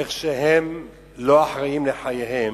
איך שהם לא אחראיים לחייהם,